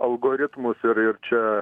algoritmus ir ir čia